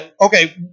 Okay